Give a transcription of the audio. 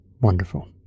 Wonderful